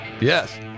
Yes